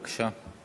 בבקשה.